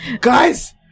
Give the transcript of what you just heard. Guys